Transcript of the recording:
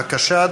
בבקשה,